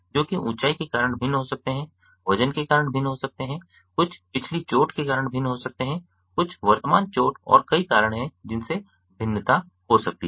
जो कि ऊंचाई के कारण भिन्न हो सकते हैं वजन के कारण भिन्न हो सकते हैं कुछ पिछली चोट के कारण भिन्न हो सकते हैं कुछ वर्तमान चोट और कई कारण हैं जिनसे भिन्नता हो सकती है